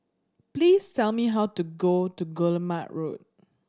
please tell me how to go to Guillemard Road